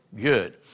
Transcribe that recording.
good